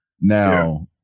Now